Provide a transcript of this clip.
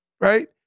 right